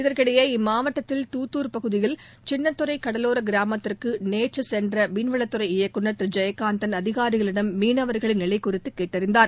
இதற்கிடையே இம்மாவட்டத்தில் தூத்தூர் பகுதியில் சின்னதுறை கடவோர கிராமத்திற்கு நேற்று சென்ற மீன்வளத்துறை இயக்குநர் திரு ஜெயகாந்தன் அதிகாரிகளிடம் மீனவர்களின் நிலை குறித்து கேட்டறிந்தார்